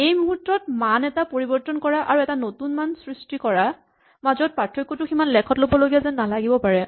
এই মূহুৰ্তত মান এটা পৰিবৰ্তন কৰা আৰু নতুন মান এটা সৃষ্টি কৰাৰ মাজৰ পাৰ্থক্যটো সিমান লেখতলবলগীয়া যেন নালাগিব পাৰে